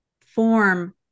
form